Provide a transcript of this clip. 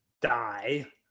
die